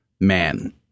man